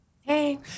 Hey